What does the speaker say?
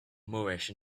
moorish